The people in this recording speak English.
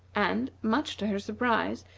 and, much to her surprise,